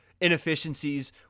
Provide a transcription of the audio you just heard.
inefficiencies